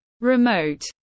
Remote